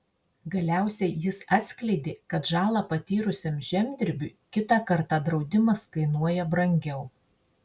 galiausiai jis atskleidė kad žalą patyrusiam žemdirbiui kitą kartą draudimas kainuoja brangiau